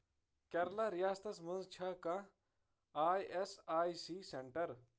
کیرالہ ریاستس مَنٛز چھا کانٛہہ آیی ایس آیی سۍ سینٹر